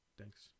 Thanks